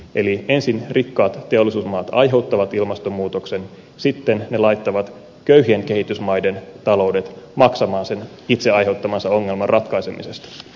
eli ensin rikkaat teollisuusmaat aiheuttavat ilmastonmuutoksen ja sitten ne laittavat köyhien kehitysmaiden taloudet maksamaan sen itse aiheuttamansa ongelman ratkaisemisesta